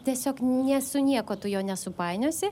tiesiog ne su niekuo tu jo nesupainiosi